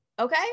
okay